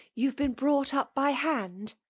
you've been brought up by hand?